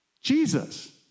Jesus